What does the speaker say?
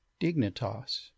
dignitas